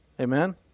Amen